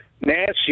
Nancy